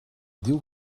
diu